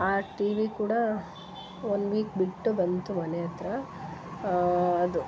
ಆ ಟಿವಿ ಕೂಡ one week ಬಿಟ್ಟು ಬಂತು ಮನೆ ಹತ್ರ ಅದು